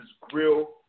grill